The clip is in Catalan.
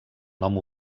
nom